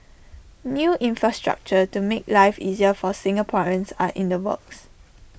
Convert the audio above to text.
new infrastructure to make life easier for Singaporeans are in the works